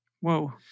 Whoa